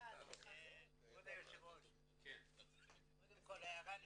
כבוד היושב-ראש, קודם כל הערה לשונית.